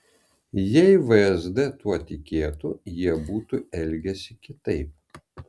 jei vsd tuo tikėtų jie būtų elgęsi kitaip